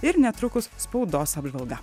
ir netrukus spaudos apžvalga